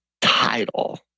title